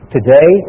Today